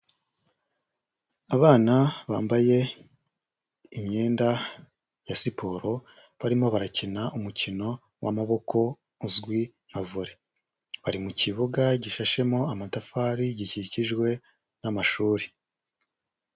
Abana bambaye imyenda ya siporo barimo barakina umukino w'amaboko uzwi nka Volley, bari mu kibuga gishashemo amatafari gikikijwe n'amashuri.